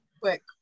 quick